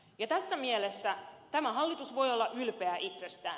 tässä mielessä tämä hallitus voi olla ylpeä itsestään